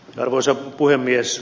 arvoisa puhemies